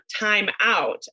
timeout